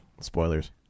spoilers